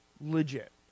legit